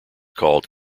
called